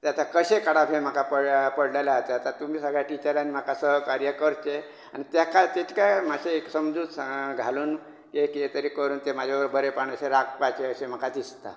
तें आतां कशें काडप हें म्हाका पडलेलें हां ते आतां तुमी सगळ्या टिचर्सान म्हाका सहकार्य करते आनी तेकाय तितके मातशे एक समजूक घालून एक एक करून ते म्हाजे बरबर बरेपण आशें राखपाचें अशें म्हाका दिसता